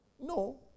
No